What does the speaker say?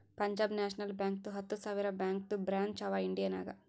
Punjab national ಬ್ಯಾಂಕ್ದು ಹತ್ತ ಸಾವಿರ ಬ್ಯಾಂಕದು ಬ್ರ್ಯಾಂಚ್ ಅವಾ ಇಂಡಿಯಾ ನಾಗ್